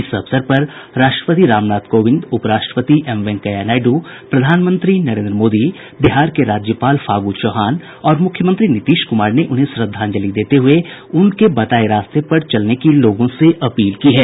इस अवसर पर राष्ट्रपति रामनाथ कोविंद उपराष्ट्रपति एम वेंकैया नायडू प्रधानमंत्री नरेन्द्र मोदी बिहार के राज्यपाल फागू चौहान और मुख्यमंत्री नीतीश कुमार ने उन्हें श्रद्धांजलि देते हुए उनके बताये गये रास्ते पर चलने की लोगों से अपील की है